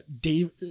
Dave